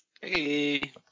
Hey